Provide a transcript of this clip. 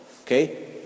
Okay